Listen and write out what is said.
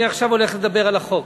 אני עכשיו הולך לדבר על החוק,